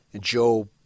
Joe